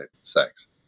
sex